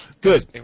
Good